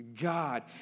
God